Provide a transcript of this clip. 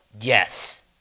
Yes